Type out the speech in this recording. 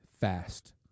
Fast